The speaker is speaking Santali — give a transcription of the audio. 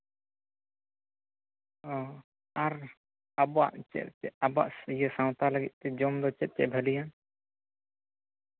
ᱚ ᱟᱨ ᱟᱵᱚᱣᱟᱜ ᱪᱮᱫ ᱪᱮᱫ ᱟᱨ ᱟᱵᱚᱣᱟᱜ ᱥᱟᱶᱛᱟ ᱞᱟᱹᱜᱤᱫᱛᱮ ᱡᱚᱢ ᱫᱚ ᱪᱮᱫ ᱪᱮᱫ ᱵᱷᱟᱹᱜᱤᱭᱟ